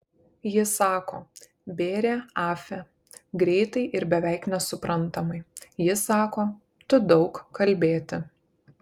ji sako bėrė afe greitai ir beveik nesuprantamai ji sako tu daug kalbėti